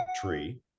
tree